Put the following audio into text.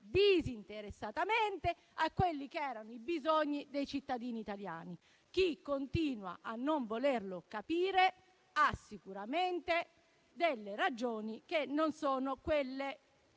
disinteressatamente - a quelli che erano i bisogni dei cittadini italiani. Chi continua a non volerlo capire ha sicuramente delle ragioni che non sono quelle